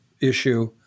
issue